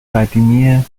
قدیمی